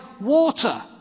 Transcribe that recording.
water